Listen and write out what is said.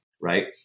right